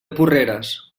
porreres